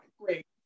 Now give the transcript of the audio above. great